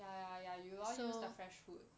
ya ya ya you all use the fresh food